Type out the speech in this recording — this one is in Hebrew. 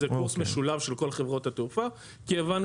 זה קורס משולב של כל חברות התעופה כי הבנו